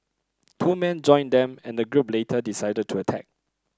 two men joined them and the group later decided to attack